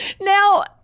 Now